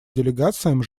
делегациям